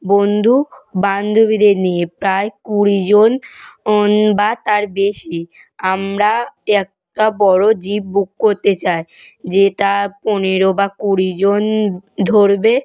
বন্ধু বান্ধবীদের নিয়ে প্রায় কুড়িজন ওন বা তার বেশি আমরা একটা বড়ো জীপ বুক করতে চাই যেটা পনেরো বা কুড়িজন ধরবে